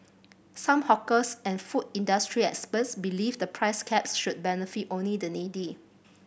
some hawkers and food industry experts believe the price caps should benefit only the needy